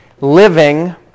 living